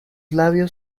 labios